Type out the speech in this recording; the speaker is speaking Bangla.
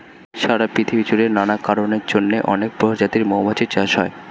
সারা পৃথিবী জুড়ে নানা কারণের জন্যে অনেক প্রজাতির মৌমাছি চাষ হয়